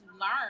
learn